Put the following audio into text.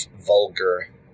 vulgar